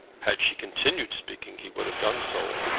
had she continued speaking he would have done so.